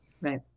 right